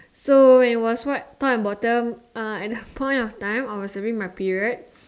so when it was white top and bottom uh at that point of time I was having my period